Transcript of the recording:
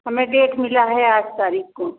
हमे डेट मिली है आठ तारीख़ को